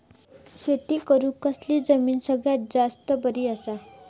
शेती करुक कसली जमीन सगळ्यात जास्त बरी असता?